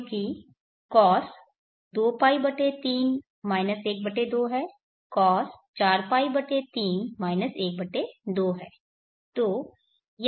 क्योंकि cos 2π3 12 है cos4π 3 12 है